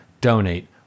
donate